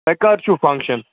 تۄہہِ کَر چھُو فَنٛگشَن